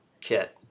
kit